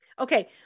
Okay